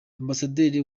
ambasaderi